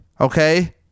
Okay